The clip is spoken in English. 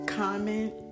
comment